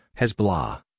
Hezbollah